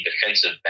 defensive